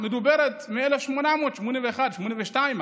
מדוברת מ-1881 1882,